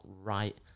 right